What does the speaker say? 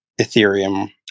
Ethereum